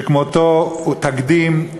שכמותו הוא תקדים.